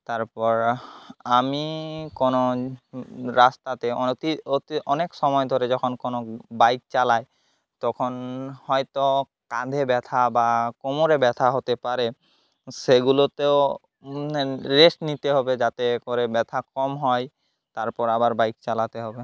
তারপর আমি কোনো রাস্তাতে অনেকসময় ধরে যখন কোনো বাইক চালাই তখন হয়তো কাঁধে ব্যথা বা কোমরে ব্যথা হতে পারে সেগুলোতেও রেস্ট নিতে হবে যাতে করে ব্যথা কম হয় তারপর আবার বাইক চালাতে হবে